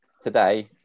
today